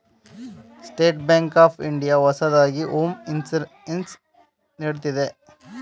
state Bank of India ಹೊಸದಾಗಿ home insurance ನೀಡುತ್ತಿದೆ